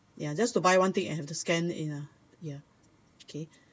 ya just to buy one thing and have to scan in ya ya okay